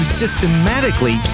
systematically